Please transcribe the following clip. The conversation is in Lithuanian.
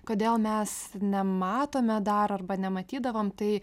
kodėl mes nematome dar arba nematydavom tai